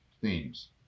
themes